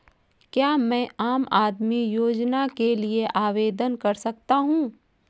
क्या मैं आम आदमी योजना के लिए आवेदन कर सकता हूँ?